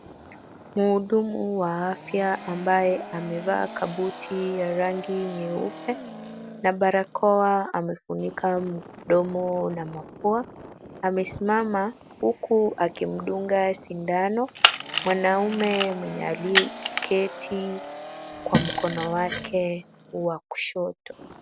Mhudumu wa afya ambaye amevaa kabuti ya rangi nyeupe na barakoa amefunika mdomo na mapua. Amesimama, huku akimdunga sindano mwanamume mwenye aliyeketi kwa mkono wake wa kushoto.